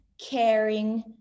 caring